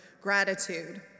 gratitude